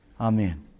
Amen